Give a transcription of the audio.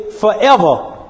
forever